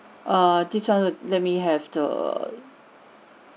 err this one le~ let me have the